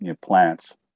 plants